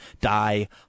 Die